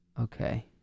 okay